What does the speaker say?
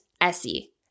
Essie